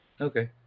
Okay